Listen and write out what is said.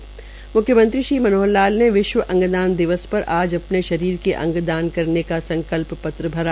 म्ख्यमंत्री मनोहर लाल ने विश्व अंगदान दिवस पर आज अपने शरीर के अंग दान करने का संकल्प पत्र भरा